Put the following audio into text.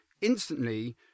Instantly